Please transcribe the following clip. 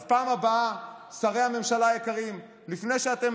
אז בפעם הבאה, שרי הממשלה היקרים, לפני שאתם